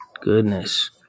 Goodness